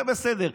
זה בסדר.